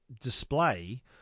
display